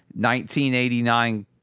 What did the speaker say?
1989